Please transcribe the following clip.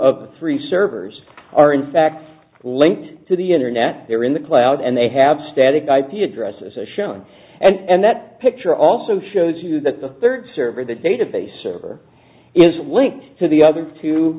of three servers are in fact linked to the internet they're in the cloud and they have static ip addresses as shown and that picture also shows you that the third server the database server is linked to the other two